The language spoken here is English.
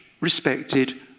respected